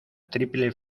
triple